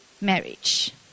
marriage